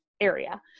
area